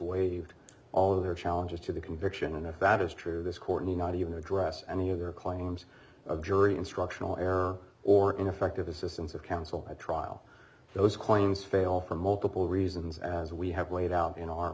waived all of their challenges to the conviction and if that is true this courtly not even address any of their claims of jury instructional error or ineffective assistance of counsel at trial those claims fail for multiple reasons as we have laid out in our